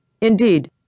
Indeed